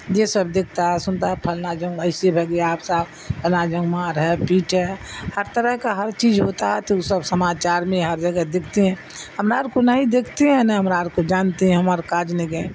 یہ سب دیکھتا ہے سنتا ہے فلانا جو ایسے ہے ہر طرح کا ہر چیز ہوتا ہے تو اس سب سماچار میں ہر جگہ دیکھتے ہیں ہمار کو نہیں دکھتے ہیں نہ ہمارا کو جانتے ہیں ہمار کا جانے گئے